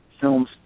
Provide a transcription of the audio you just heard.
films